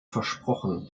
versprochen